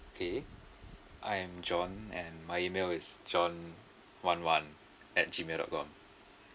okay I am john and my email is john one one at gmail dot com